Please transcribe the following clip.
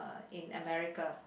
in America